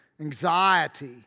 anxiety